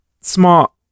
smart